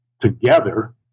together